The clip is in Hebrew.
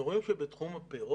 אנחנו רואים שבתחום הפירות